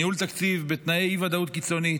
ניהול תקציב בתנאי אי-ודאות קיצונית.